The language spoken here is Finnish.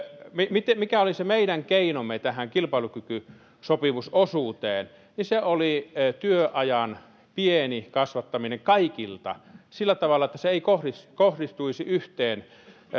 mikä oli se meidän keinomme tähän kilpailukykysopimusosuuteen se oli työajan pieni kasvattaminen kaikilta sillä tavalla että se ei kohdistuisi kohdistuisi yhteen